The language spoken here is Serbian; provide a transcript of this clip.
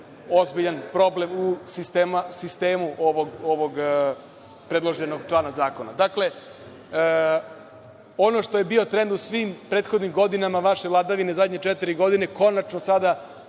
ozbiljan problem u sistemu ovog predloženog člana zakona. Ono što je bio trend u svim prethodnim godinama vaše vladavine u zadnje četiri godine konačno sada